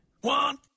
One